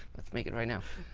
let's make it right now.